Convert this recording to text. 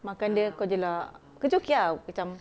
makan dia kau jelak kerja okay ah macam